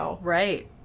Right